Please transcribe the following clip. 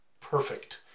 perfect